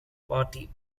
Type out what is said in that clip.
party